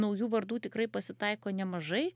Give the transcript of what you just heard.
naujų vardų tikrai pasitaiko nemažai